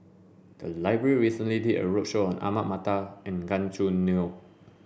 the library recently did a roadshow on Ahmad Mattar and Gan Choo Neo